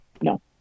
No